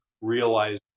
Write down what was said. realize